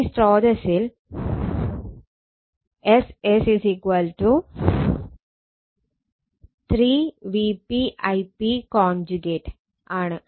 ഇനി സ്രോതസ്സിൽ Ss 3 Vp Ip ആണ്